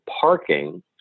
parking